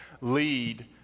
lead